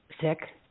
sick